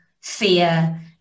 fear